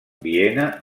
viena